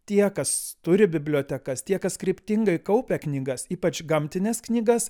tie kas turi bibliotekas tie kas kryptingai kaupia knygas ypač gamtines knygas